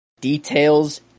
details